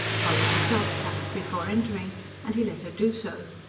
polly herself tapped before entering and he let her do so.